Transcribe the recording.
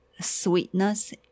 sweetness